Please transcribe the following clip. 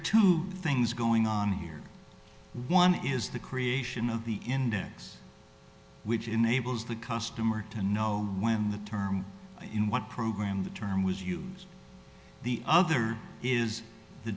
two things going on here one is the creation of the index which enables the customer to know when the term in what program the term was used the other is the